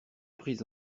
prise